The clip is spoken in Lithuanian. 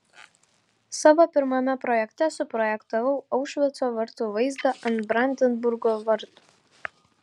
savo pirmame projekte suprojektavau aušvico vartų vaizdą ant brandenburgo vartų